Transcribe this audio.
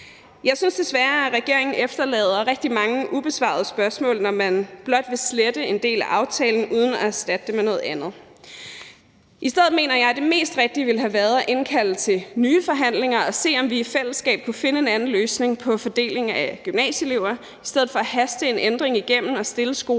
Jeg synes desværre, at regeringen efterlader rigtig mange ubesvarede spørgsmål, når man blot vil slette en del af aftalen uden at erstatte det med noget andet. Jeg mener, at det mest rigtige ville have været at indkalde til nye forhandlinger for at se om vi i fællesskab kunne finde en løsning på fordelingen af gymnasieelever i stedet for at haste en ændring igennem og stille skolerne